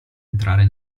entrare